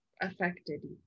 affected